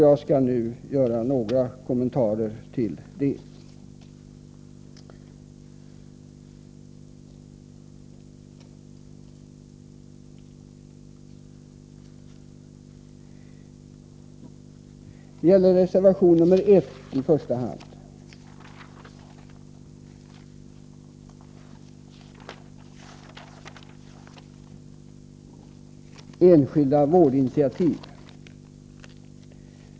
Jag skall nu göra några kommentarer till dem och till reservationerna, i första hand reservation 1, som handlar om enskilda vårdinitiativ.